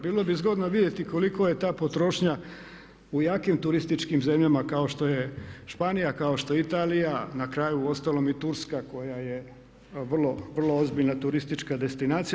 Bilo bi zgodno vidjeti koliko je ta potrošnja u jakim turističkim zemljama kao što je Španija, kao što je Italija, na kraju uostalom i Turska koja je vrlo ozbiljna turistička destinacija.